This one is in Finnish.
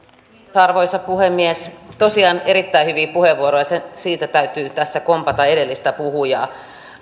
arvoisa puhemies tosiaan erittäin hyviä puheenvuoroja siinä täytyy kompata edellistä puhujaa